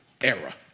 era